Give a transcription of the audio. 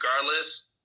regardless